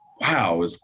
wow